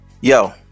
Yo